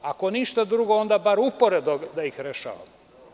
Ako ništa drugo, onda bar uporedo da ih rešavamo.